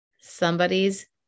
somebody's